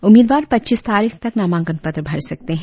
उम्मीदवार पच्चीस तारीख तक नामांकन पत्र भर सकते हैं